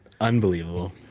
Unbelievable